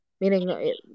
meaning